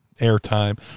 airtime